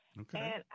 Okay